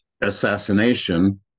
assassination